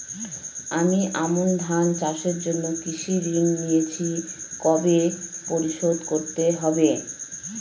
আমি আমন ধান চাষের জন্য কৃষি ঋণ নিয়েছি কবে পরিশোধ করতে হবে?